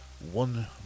one